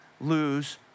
lose